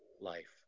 life